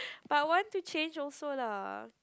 but I want to change also lah